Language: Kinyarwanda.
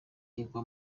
igwa